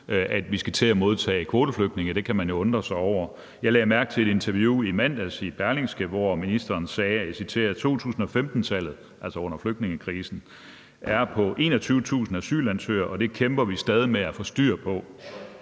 at vi skal til at modtage kvoteflygtninge? Det kan man jo undre sig over. Jeg lagde mærke til et interview i Berlingske i mandags, hvor ministeren sagde: »2015-tallet« – altså tallet under flygtningekrisen – »er på 21.000 asylansøgere, og det kæmper vi stadig med at få styr på.«